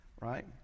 right